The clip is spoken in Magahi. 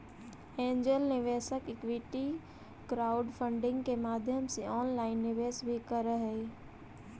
एंजेल निवेशक इक्विटी क्राउडफंडिंग के माध्यम से ऑनलाइन निवेश भी करऽ हइ